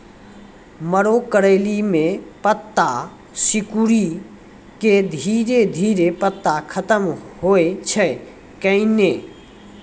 मरो करैली म पत्ता सिकुड़ी के धीरे धीरे पत्ता खत्म होय छै कैनै?